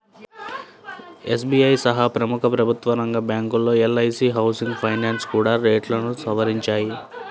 SBI సహా ప్రముఖ ప్రభుత్వరంగ బ్యాంకులు, ఎల్.ఐ.సీ హౌసింగ్ ఫైనాన్స్ కూడా రేట్లను సవరించాయి